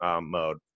mode